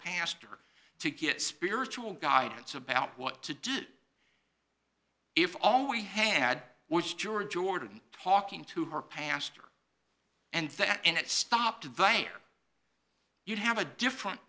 pastor to get spiritual guidance about what to do if all we had was during jordan talking to her pastor and that and it stopped vire you have a different